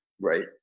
Right